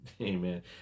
Amen